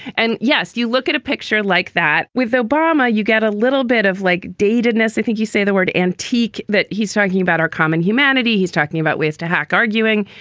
and yes, you look at a picture like that with obama, you get a little bit of like dated ness. i think you say the word antique that he's talking about our common humanity. he's talking about ways to hack, arguing.